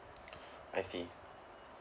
I see